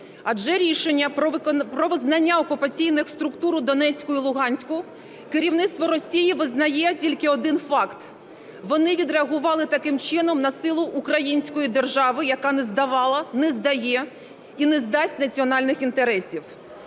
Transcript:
адже рішенням про визнання окупаційних структур у Донецьку і Луганську керівництво Росії визнає тільки один факт – вони відреагували таким чином на силу української держави, яка не здавала, не здає і не здасть національних інтересів.